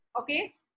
Okay